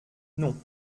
non